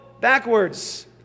backwards